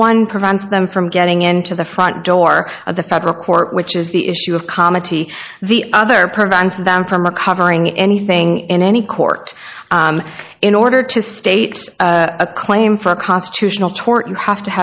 one prevents them from getting into the front door of the federal court which is the issue of comedy the other prevents them from a covering anything in any court in order to state a claim for a constitutional